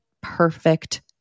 perfect